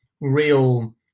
real